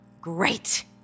Great